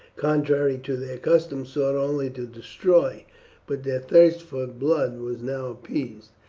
contrary to their custom, sought only to destroy but their thirst for blood was now appeased,